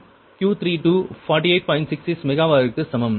66 மெகா வருக்கு சமம்